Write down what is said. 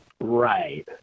Right